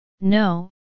No